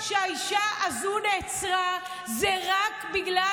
הסיבה שהאישה הזאת נעצרה היא רק בגלל